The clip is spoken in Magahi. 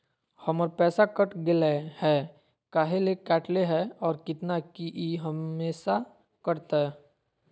हमर पैसा कट गेलै हैं, काहे ले काटले है और कितना, की ई हमेसा कटतय?